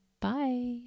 Bye